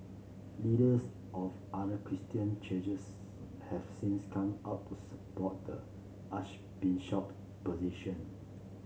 leaders of other Christian churches have since come out to support the Archbishop's position